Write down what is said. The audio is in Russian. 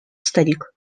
старик